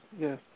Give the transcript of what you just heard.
yes